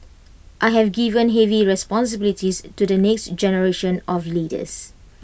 I have given heavy responsibilities to the next generation of leaders